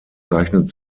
zeichnet